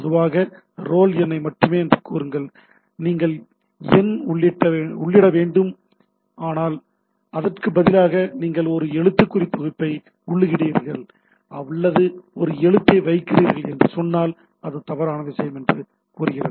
பொதுவாக ரோல் எண் மட்டுமே என்று கூறுங்கள் நீங்கள் எண் உள்ளிட வேண்டும் ஆனால் ஆனால் அதற்கு பதிலாக நீங்கள் ஒரு எழுத்துக்குறி தொகுப்பை உள்ளிடுகிறீர்கள் அல்லது ஒரு எழுத்தை வைக்கிறீர்கள் என்று சொன்னால் அது தவறான விஷயம் என்று அது கூறுகிறது